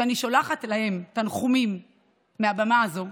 שאני שולחת להם תנחומים מהבמה הזאת,